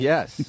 Yes